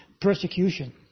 persecution